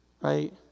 Right